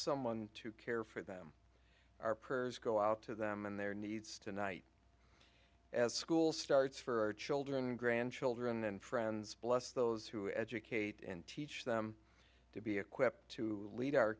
someone to care for them our prayers go out to them and their needs tonight as school starts for our children grandchildren and friends bless those who educate and teach them to be equipped to lead our